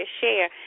share